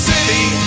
City